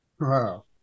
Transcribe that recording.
wow